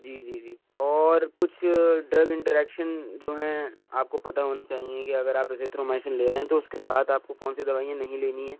جی جی جی اور کچھ ڈرگ انٹریکشن جو ہیں آپ کو پتا ہونا چاہیے کہ اگر آپ ایزیتروومائسن لے رہے ہیں تو اس کے ساتھ آپ کو کون سی دوائیاں نہیں لینی ہیں